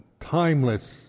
Timeless